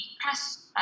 press